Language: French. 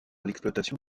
l’exploitation